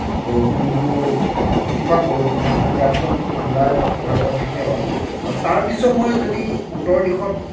বৰষুণতো অতিপাত বৰষুণ হয় আৰু ইয়াৰ ফলত এটা ঠাণ্ডা ভাৱ এটা থাকে বাৰু আৰু তাৰপিছত মই যদি উত্তৰ দিশত